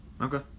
Okay